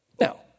Now